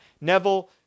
Neville